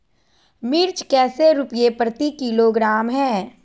मिर्च कैसे रुपए प्रति किलोग्राम है?